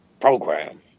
program